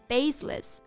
Baseless